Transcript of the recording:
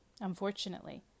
Unfortunately